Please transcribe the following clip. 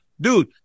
dude